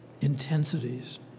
intensities